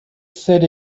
said